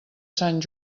sant